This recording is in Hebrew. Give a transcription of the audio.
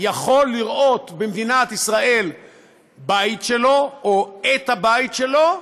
יכול לראות במדינת ישראל בית שלו, או את הבית שלו,